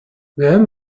بهم